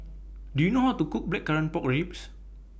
Do YOU know How to Cook Blackcurrant Pork Ribs